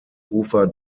ufer